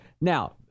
now